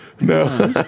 No